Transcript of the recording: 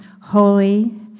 holy